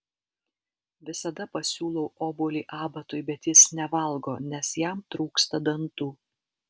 visada pasiūlau obuolį abatui bet jis nevalgo nes jam trūksta dantų